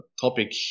topic